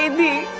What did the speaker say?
ah me.